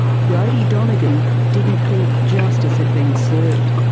brodie donegan didn't think justice had been served,